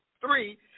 three